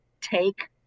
take